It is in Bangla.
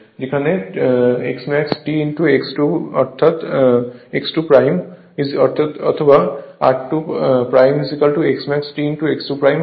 যেটি x max T x 2 অথবা r2Smax T x 2 হবে